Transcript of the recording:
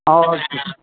ஆ okay